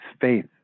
faith